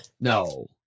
No